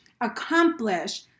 accomplish